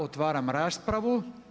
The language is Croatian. Otvaram raspravu.